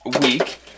week